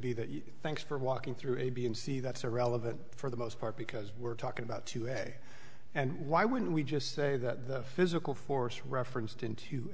be that thanks for walking through a b and c that's irrelevant for the most part because we're talking about to have and why wouldn't we just say that the physical force referenced in two